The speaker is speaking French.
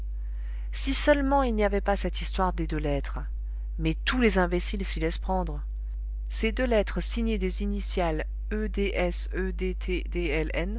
si seulement il n'y avait pas cette histoire des deux lettres mais tous les imbéciles s'y laissent prendre ces deux lettres signées des initiales e d s e d t d